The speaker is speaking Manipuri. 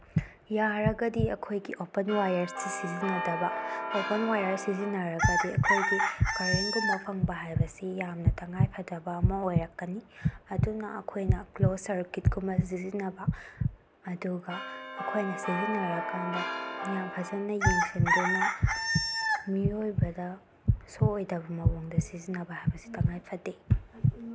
ꯌꯥꯔꯒꯗꯤ ꯑꯩꯈꯣꯏꯒꯤ ꯑꯣꯄꯟ ꯋꯥꯏꯌꯔꯁꯦ ꯁꯤꯖꯤꯟꯅꯗꯕ ꯑꯣꯄꯟ ꯋꯥꯏꯌꯔ ꯁꯤꯖꯤꯟꯅꯔꯒꯗꯤ ꯑꯩꯈꯣꯏꯒꯤ ꯀꯔꯦꯟꯒꯨꯝꯕ ꯐꯪꯕ ꯍꯥꯏꯕꯁꯤ ꯌꯥꯝꯅ ꯇꯉꯥꯏꯐꯗꯕ ꯑꯃ ꯑꯣꯏꯔꯛꯀꯅꯤ ꯑꯗꯨꯅ ꯑꯩꯈꯣꯏꯅ ꯀ꯭ꯂꯣꯖ ꯁꯥꯔꯀꯤꯠꯀꯨꯝꯕ ꯁꯤꯖꯤꯟꯅꯕ ꯑꯗꯨꯒ ꯑꯩꯈꯣꯏꯅ ꯁꯤꯖꯤꯟꯅꯔꯀꯥꯟꯗ ꯌꯥꯝ ꯐꯖꯅ ꯌꯦꯡꯁꯤꯟꯗꯨꯅ ꯃꯤꯑꯣꯏꯕꯗ ꯁꯣꯛꯑꯣꯏꯗꯕ ꯃꯑꯣꯡꯗ ꯁꯤꯖꯤꯟꯅꯕ ꯍꯥꯏꯕꯁꯤ ꯇꯉꯥꯏꯐꯗꯦ